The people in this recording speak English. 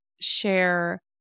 share